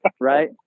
right